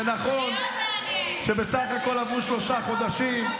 זה נכון שבסך הכול עברו שלושה חודשים,